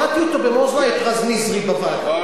אני שמעתי אותו במו-אוזני, את רז נזרי, בוועדה.